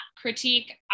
critique